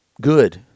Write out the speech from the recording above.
Good